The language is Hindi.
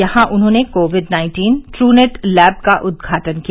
यहां उन्होंने Covid nineteen Truenat lab का उद्घाटन किया